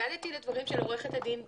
כשהתנגדתי לדברים של עורכת הדין בגין,